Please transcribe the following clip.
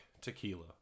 tequila